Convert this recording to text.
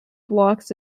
blocks